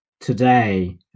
today